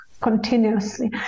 continuously